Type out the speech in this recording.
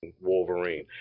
Wolverine